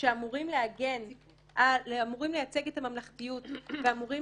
שאמורים לייצג את הממלכתיות ואמורים